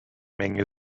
menge